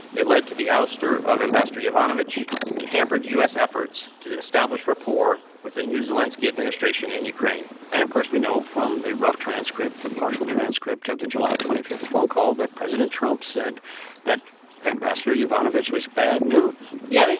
they led to the ouster of ambassador yovanovitch and hampered u s. efforts to to establish rapport with the new zelenskiy administration in ukraine and, of course, we know from the rough transcript the partial transcript of the july twenty five phone call that president trump said that ambassador yovanovitch was bad news yeah.